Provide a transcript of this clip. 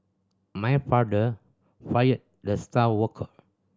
my father fired the star worker